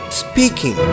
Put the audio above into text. speaking